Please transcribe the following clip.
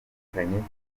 bitandukanye